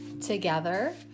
Together